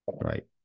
right